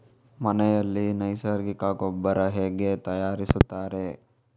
ಮನೆಯಲ್ಲಿ ನೈಸರ್ಗಿಕ ಗೊಬ್ಬರ ಹೇಗೆ ತಯಾರಿಸುತ್ತಾರೆ?